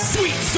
Sweet